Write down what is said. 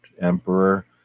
emperor